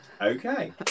okay